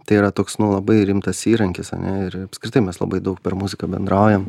tai yra toks nu labai rimtas įrankis ir apskritai mes labai daug per muziką bendraujam